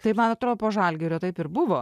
tai man atrodo po žalgirio taip ir buvo